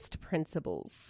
principles